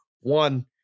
one